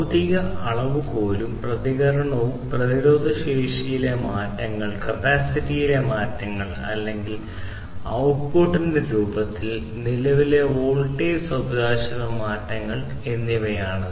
ഭൌതിക അളവുകോലുകളും പ്രതികരണവും പ്രതിരോധശേഷിയിലെ ചില മാറ്റങ്ങൾ കപ്പാസിറ്റീവ് ശേഷിയിലെ മാറ്റങ്ങൾ അല്ലെങ്കിൽ ഔട്ട്പുട്ടിന്റെ രൂപത്തിൽ നിലവിലെ വോൾട്ടേജ് സ്വഭാവസവിശേഷതകളുടെ മാറ്റങ്ങൾ എന്നിവയാണ്